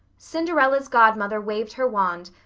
cinderella's godmother waved her wand,